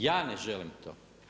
Ja ne želim to.